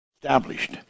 Established